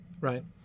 right